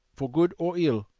for good or ill,